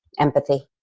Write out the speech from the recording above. empathy.